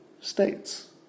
States